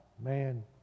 man